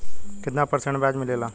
कितना परसेंट ब्याज मिलेला?